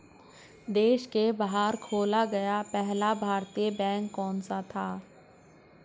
देश के बाहर खोला गया पहला भारतीय बैंक कौन सा था?